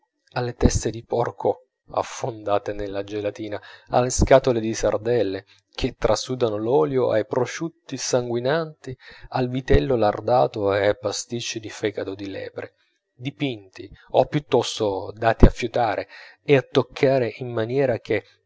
alle teste di porco affondate nella gelatina alle scatole di sardelle che trasudano l'olio ai prosciutti sanguinanti al vitello lardato e ai pasticci di fegato di lepre dipinti o piuttosto dati a fiutare e a toccare in maniera che